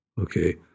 okay